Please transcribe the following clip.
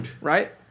right